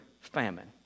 famine